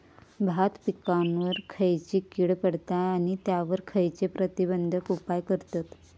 भात पिकांवर खैयची कीड पडता आणि त्यावर खैयचे प्रतिबंधक उपाय करतत?